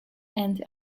and